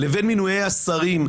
לבין מינויי השרים,